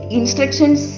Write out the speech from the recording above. instructions